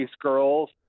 Girls